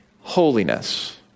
holiness